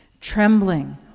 Trembling